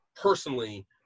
personally